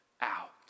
out